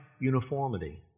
uniformity